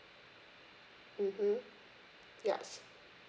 mmhmm yes